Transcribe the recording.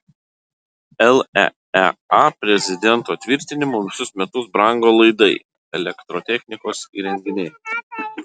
leea prezidento tvirtinimu visus metus brango laidai elektrotechnikos įrenginiai